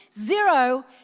zero